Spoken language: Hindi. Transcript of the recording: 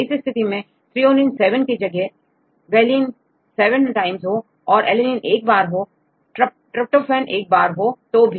इस स्थिति में यदि threonine 7 की जगह valine 7 टाइम्स हो और alanine 1 बार truptophan 1 बार हो तो भी